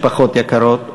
משפחות יקרות,